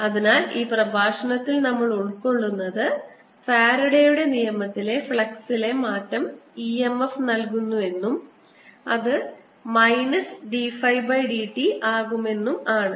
അതിനാൽ ഈ പ്രഭാഷണത്തിൽ നമ്മൾ ഉൾക്കൊള്ളുന്നത് ഫാരഡെയുടെ നിയമത്തിലെ ഫ്ലക്സിലെ മാറ്റം e m f നൽകുന്നു എന്നും അത് മൈനസ് dΦ dt ആകുമെന്നും ആണ്